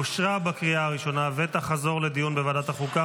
אושרה בקריאה הראשונה ותחזור לדיון בוועדת החוקה,